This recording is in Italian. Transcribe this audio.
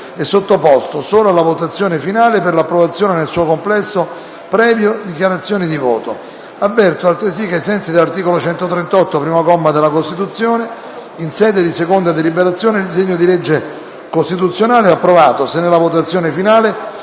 sottoposto solo alla votazione finale per l'approvazione nel suo complesso, previe dichiarazioni di voto. Avverto altresì che, ai sensi dell'articolo 138, primo comma, della Costituzione, in seconda deliberazione, il disegno di legge costituzionale sarà approvato se nella votazione finale